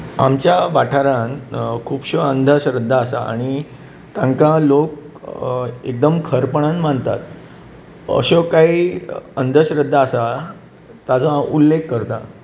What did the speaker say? आमच्या वाठारांत खुबशो अंधश्रद्धा आसात आनी तांकां लोक एकदम खरपणान मानतात अश्यो कांय अंधश्रद्धा आसात ताचो हांव उल्लेख करता